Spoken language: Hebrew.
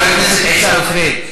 חבר הכנסת עיסאווי פריג',